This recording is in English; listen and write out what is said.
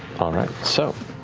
all right, so.